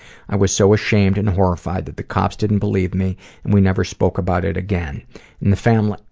i was so ashamed and horrified that the cops didn't believe me and we never spoke about it again in the family,